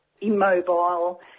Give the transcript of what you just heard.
immobile